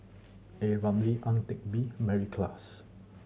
A Ramli Ang Teck Bee Mary Klass